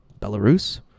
Belarus